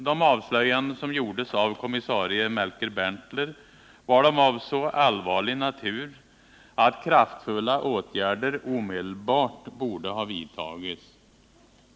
De avslöjanden som gjordes av kommissarie Melker Berntler var av så allvarlig natur att kraftfulla åtgärder omedelbart borde ha vidtagits.